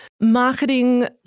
marketing